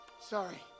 sorry